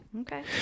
okay